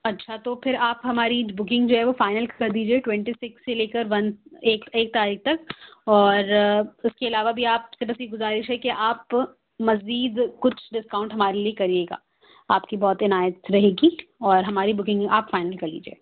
اچھا تو پھر آپ ہماری بکنگ جو ہے وہ فائنل کر دیجیے ٹوینٹی سکس سے لے کر ون ایک ایک تاریخ تک اور اُس کے علاوہ بھی آپ سے بس یہ گذارش ہے کہ آپ مزید کچھ ڈسکاؤنٹ ہمارے لیے کریے گا آپ کی بہت عنایت رہے گی اور ہماری بکنگ آپ فائنل کر لیجیے